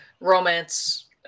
Romance